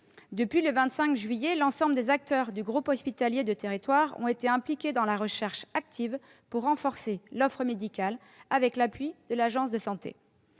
Depuis le 25 juillet, l'ensemble des acteurs du groupement hospitalier de territoire ont été impliqués dans la recherche active pour renforcer l'offre médicale, avec l'appui de l'agence régionale